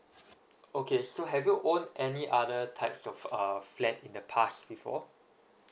okay so have you own any other types of uh flat in the past before